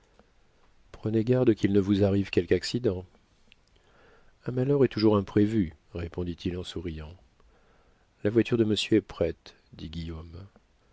prenez garde qu'il ne vous arrive quelque accident un malheur est toujours imprévu répondit-il en souriant la voiture de monsieur est prête dit guillaume